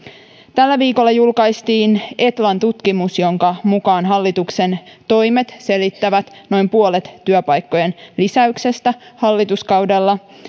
tällä viikolla julkaistiin etlan tutkimus jonka mukaan hallituksen toimet selittävät noin puolet työpaikkojen lisäyksestä hallituskaudella